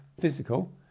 physical